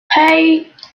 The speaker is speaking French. hey